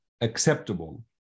acceptable